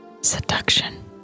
Seduction